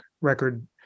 record